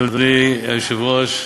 אדוני היושב-ראש,